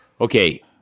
okay